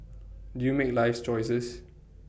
do you make life's choices